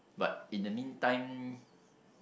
but in the meantime